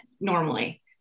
normally